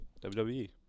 WWE